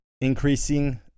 increasing